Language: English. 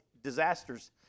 disasters